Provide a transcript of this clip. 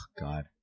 God